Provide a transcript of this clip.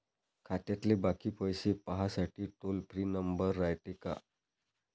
खात्यातले बाकी पैसे पाहासाठी टोल फ्री नंबर रायते का?